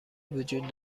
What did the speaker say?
وجود